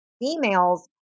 females